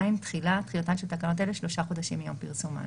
תחילה תחילתן של תקנות אלה שלושה חודשים מיום פרסומן.